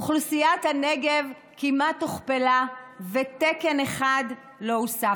אוכלוסיית הנגב כמעט הוכפלה, ותקן אחד לא הוסף.